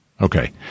Okay